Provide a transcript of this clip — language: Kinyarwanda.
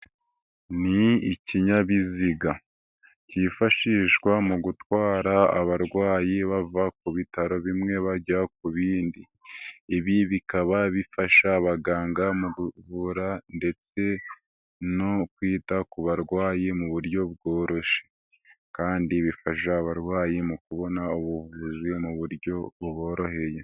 Ni ikinyabiziga, cyifashishwa mu gutwara abarwayi bava ku bitaro bimwe bajya ku bindi, ibi bikaba bifasha abaganga mu kuvura ndetse no kwita ku barwayi mu buryo bwo kandi bifasha abarwayi mu kubona ubuvuzi mu buryo buboroheye.